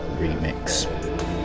Remix